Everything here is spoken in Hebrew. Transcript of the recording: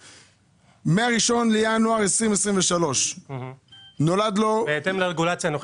מה-1 בינואר 2023 נולד לו --- בהתאם לרגולציה הנוכחית.